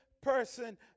person